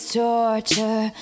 torture